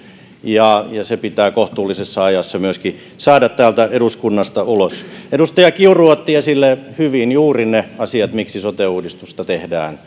ja se pitää kohtuullisessa ajassa myöskin saada täältä eduskunnasta ulos edustaja kiuru otti hyvin esille juuri ne asiat miksi sote uudistusta tehdään